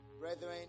brethren